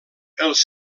els